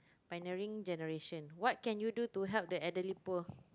pioneering generation what can you do to help the elderly poor